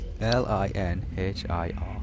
L-I-N-H-I-R